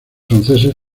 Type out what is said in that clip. franceses